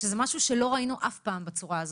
שזה משהו שלא ראינו אף פעם בצורה הזאת.